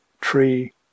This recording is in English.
tree